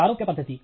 సారూప్య పద్ధతి